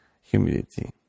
humidity